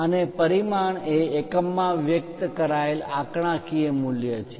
અને પરિમાણ એ એકમમાં વ્યક્ત કરાયેલ આંકડાકીય મૂલ્ય છે